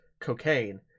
cocaine